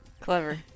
Clever